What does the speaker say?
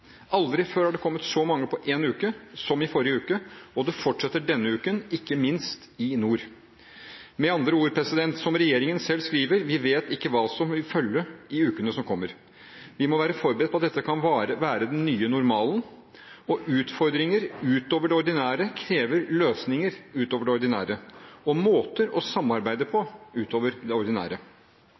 Aldri før har det kommet så mange på en uke som i forrige uke, og det fortsetter denne uken – ikke minst i nord. Med andre ord, som regjeringen selv sier, vi vet ikke hva som vil følge i ukene som kommer. Vi må være forberedt på at dette kan være den nye normalen. Utfordringer utover det ordinære krever løsninger utover det ordinære og måter å samarbeide på utover det ordinære.